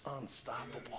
unstoppable